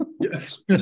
Yes